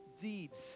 deeds